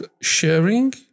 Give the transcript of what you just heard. sharing